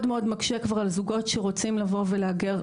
מאוד מקשה על זוגות שרוצים לבוא ולהגר,